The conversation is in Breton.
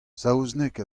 saozneg